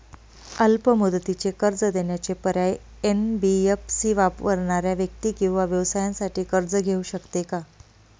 अल्प मुदतीचे कर्ज देण्याचे पर्याय, एन.बी.एफ.सी वापरणाऱ्या व्यक्ती किंवा व्यवसायांसाठी कर्ज घेऊ शकते का?